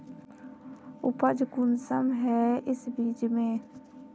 उपज कुंसम है इस बीज में?